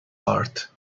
heart